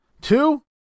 two